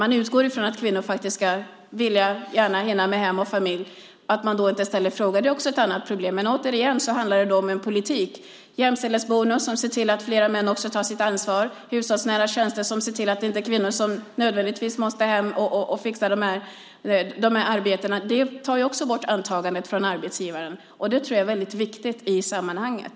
Man utgår ifrån att kvinnor ska vilja hinna med hem och familj och ställer därför inte frågan. Men återigen handlar det om politik. Jämställdhetsbonusen ser till att fler män tar sitt ansvar. De hushållsnära tjänsterna ser till att kvinnor inte nödvändigtvis måste hem och fixa de här arbetena. Det tar bort detta antagande från arbetsgivaren. Det tror jag är väldigt viktigt i sammanhanget.